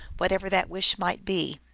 what ever that wish might be.